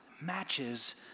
matches